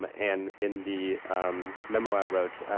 um and in the memo i wrote,